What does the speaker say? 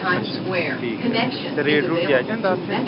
ਅੱਛਾ ਠੀਕ ਆ ਤੇ ਰੇਟ ਰੂਟ ਜਾਇਜ਼ ਹੁੰਦਾ ਉੱਥੇ